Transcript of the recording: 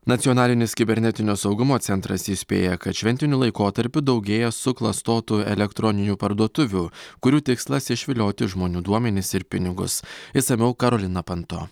nacionalinis kibernetinio saugumo centras įspėja kad šventiniu laikotarpiu daugėja suklastotų elektroninių parduotuvių kurių tikslas išvilioti žmonių duomenis ir pinigus išsamiau karolina panto